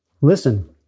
listen